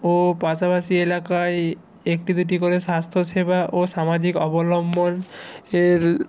ও পাশাপাশি এলাকায় একটি দুটি করে স্বাস্থ্যসেবা ও সামাজিক অবলম্বন এর